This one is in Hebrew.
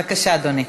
בבקשה, אדוני.